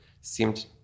seemed